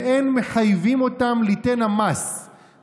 ואין מחייבים אותן ליתן המס,